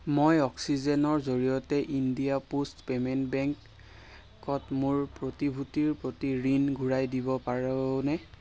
মই অক্সিজেনৰ জৰিয়তে ইণ্ডিয়া পোষ্ট পে'মেণ্ট বেংকত মোৰ প্ৰতিভূতিৰ প্ৰতি ঋণ ঘূৰাই দিব পাৰোঁনে